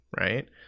right